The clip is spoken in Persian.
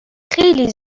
خیلی